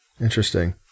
Interesting